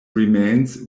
remains